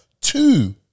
two